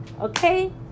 Okay